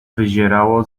wyzierało